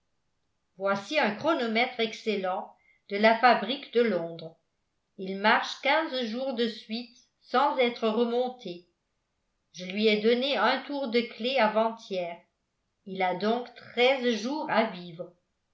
voici un chronomètre excellent de la fabrique de londres il marche quinze jours de suite sans être remonté je lui ai donné un tour de clef avant-hier il a donc treize jours à vivre